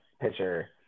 pitcher